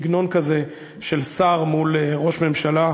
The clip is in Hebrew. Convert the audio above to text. סגנון כזה של שר מול ראש ממשלה,